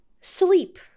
Sleep